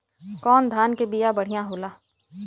कौन धान के बिया बढ़ियां होला?